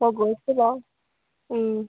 মই গৈছো বাৰু